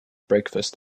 breakfast